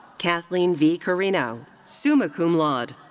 kathleen v. carino, summa cum laude.